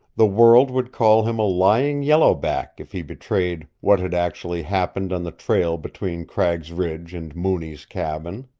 the world would call him a lying yellow-back if he betrayed what had actually happened on the trail between cragg's ridge and mooney's cabin.